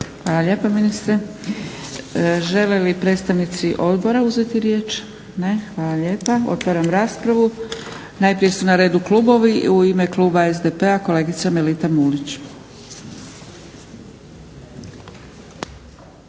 Hvala lijepa ministre. Žele li predstavnici odbora uzeti riječ? Ne. Hvala lijepa. Otvaram raspravu. Najprije su na redu klubovi. U ime kluba SDP-a kolegica Melita Mulić.